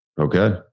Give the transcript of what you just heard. Okay